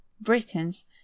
Britons